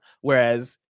whereas